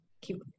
keep